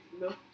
No